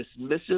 dismissive